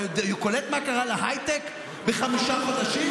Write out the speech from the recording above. אתה קולט מה קרה להייטק בחמישה חודשים?